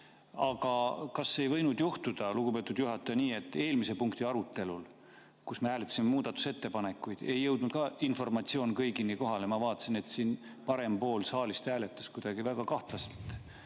Aga kas ei võinud juhtuda, lugupeetud juhataja, nii, et eelmise punkti arutelul, kui me hääletasime muudatusettepanekuid, ei jõudnud ka informatsioon kõigile kohale? Ma vaatasin, et parem pool saalist hääletas kuidagi väga kahtlaselt